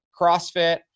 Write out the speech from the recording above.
CrossFit